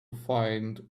find